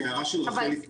ההערה של רחלי היא